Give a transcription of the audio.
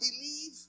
believe